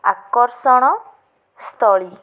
ଆକର୍ଷଣ ସ୍ଥଳୀ